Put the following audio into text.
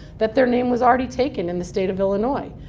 that their name was already taken in the state of illinois.